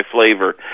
flavor